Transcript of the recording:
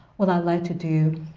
what i'd like to do,